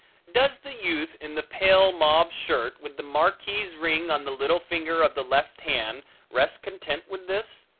does the youth in the pale mauve shirt with the marquise ring on the little finger of the left hand rest content with this?